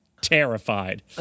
terrified